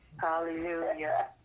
Hallelujah